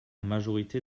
majorité